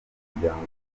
umuryango